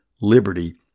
liberty